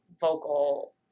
vocal